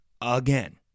again